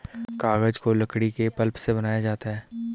कागज को लकड़ी के पल्प से बनाया जाता है